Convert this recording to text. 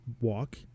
walk